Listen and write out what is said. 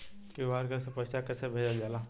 QR से पैसा कैसे भेजल जाला?